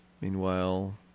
Meanwhile